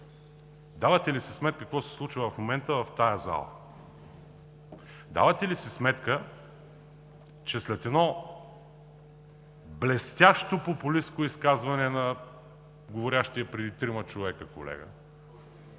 Давате ли си сметка какво се случва в момента в тази зала? Давате ли си сметка, че след едно блестящо популистко изказване на говорещия преди трима човека колега